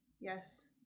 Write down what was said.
yes